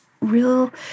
real